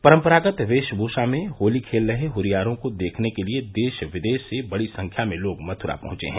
परंपरागत वेशभूषा में होली खेल रहे हुरियारों को देखने के लिए देश विदेश से बड़ी संख्या में लोग मथुरा पहुंचे हैं